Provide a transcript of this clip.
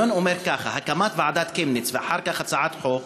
ההיגיון אומר כך: הקמת ועדת קמיניץ ואחר כך הצעת חוק,